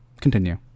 Continue